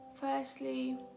firstly